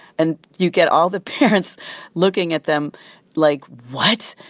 and you get all the parents looking at them like, what?